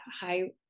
high